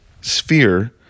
sphere